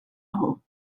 nhw